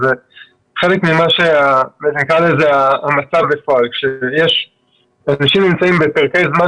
זה חלק מהמצב בפועל כשאנשים נמצאים בפרקי זמן